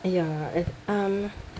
ya uh um